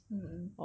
mmhmm